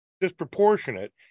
disproportionate